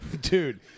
Dude